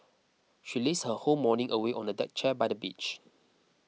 she lazed her whole morning away on a deck chair by the beach